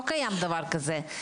לא קיים דבר כזה.